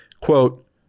Quote